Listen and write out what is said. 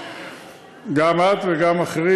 שגם את וגם אחרים,